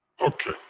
Okay